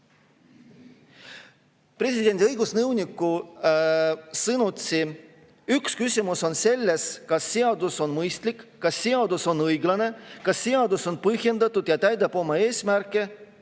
Presidendi õigusnõuniku sõnutsi on üks küsimus selles, kas seadus on mõistlik, kas seadus on õiglane, kas seadus on põhjendatud ja täidab oma eesmärke.